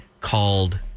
called